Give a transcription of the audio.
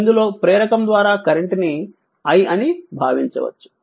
ఇందులో ప్రేరకం ద్వారా కరెంట్ ని i అని భావించవచ్చు